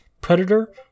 Predator